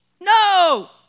No